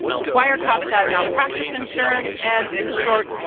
require cops to have malpractice insurance. and in short,